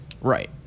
right